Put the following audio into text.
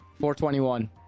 421